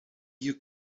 you